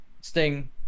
Sting